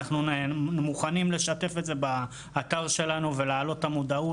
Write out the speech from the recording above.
אנחנו מוכנים לשתף את זה באתר שלנו ולעלות את המודעות.